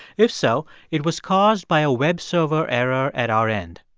if so, it was caused by a web server error at our end.